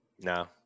No